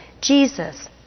Jesus